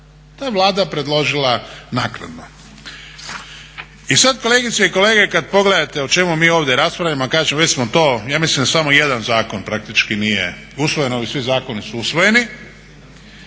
To je Vlada predložila naknadno. I sad kolegice i kolege kad pogledate o čemu mi ovdje raspravljamo, a kažem već smo to ja mislim da samo jedan zakon praktički nije usvojen, ovi svi zakoni su usvojeni,